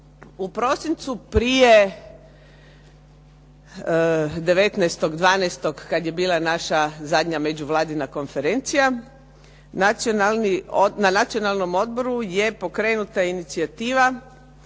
U prosincu prije 19. 12. kada je bila naša zadnja međuvladina konferencija, na Nacionalnom odboru je pokrenuta inicijativa